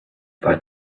for